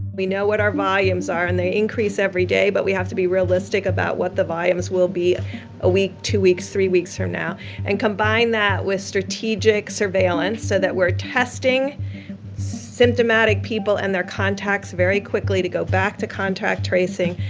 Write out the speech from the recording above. we know what our volumes are, and they increase every day. but we have to be realistic about what the volumes will be a week, two weeks, three weeks from now and combine that with strategic surveillance so that we're testing symptomatic people and their contacts very quickly to go back to contact tracing,